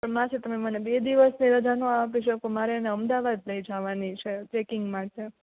પણ માસી તમે મને બે દિવસની એ રજાનો આપી શકો મારે એને અમદાવાદ લઈ જવાની છે ચેકિંગ માટે